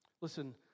Listen